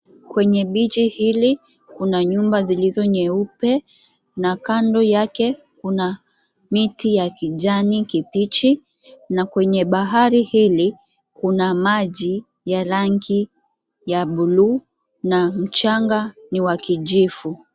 Kwenye bichi hili kuna nyumba zilizo nyeupe na kando yake kuna miti ya kijani kibichi na kwenye bahari hili kuna maji ya rangi ya buluu na mchanga ni wa kijivu.